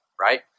right